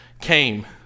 came